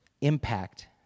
impact